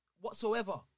whatsoever